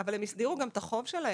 אבל הם הסדירו גם את החוב שלהם.